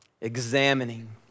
examining